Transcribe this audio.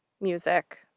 music